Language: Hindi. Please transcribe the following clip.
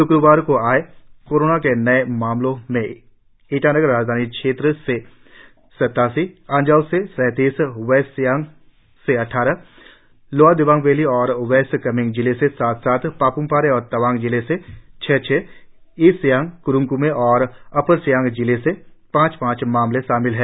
श्क्रवार को आए कोरोना के नए मामलों में ईटानगर राजधानी क्षेत्र से सत्तासी अंजाव से सैतीस वेस्ट सियांग से अद्वारह लोअर दिबांग वैली और वेस्ट कामेंग़ जिले से सात सात पाप्मपारे और तवांग जिले से छह छह ईस्ट सियांगक्रुंग क्मे और अपर सियांग जिले से पांच पांच मामले शामिल है